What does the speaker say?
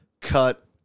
cut